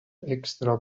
extra